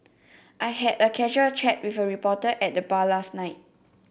I had a casual chat with a reporter at the bar last night